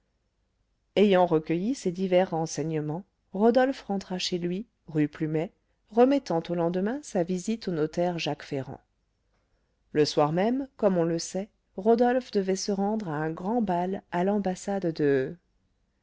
ayant recueilli ces divers renseignements rodolphe rentra chez lui rue plumet remettant au lendemain sa visite au notaire jacques ferrand le soir même comme on le sait rodolphe devait se rendre à un grand bal à l'ambassade de